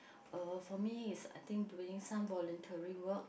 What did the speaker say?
uh for me is I think doing some voluntary work